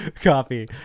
coffee